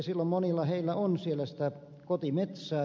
silloin monilla heistä on myös sitä kotimetsää